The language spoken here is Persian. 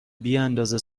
بیاندازه